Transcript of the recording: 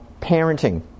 parenting